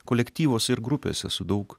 kolektyvuose ir grupėse su daug